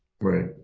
Right